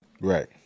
right